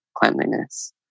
cleanliness